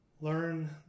Learn